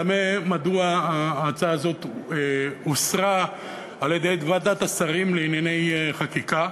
אני תמה מדוע ההצעה הזאת הוסרה על-ידי ועדת השרים לחקיקה.